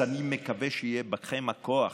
אז אני מקווה שיהיה בכם הכוח,